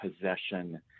possession